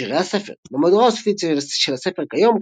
שירי הספר במהדורה הסופית של הספר כיום,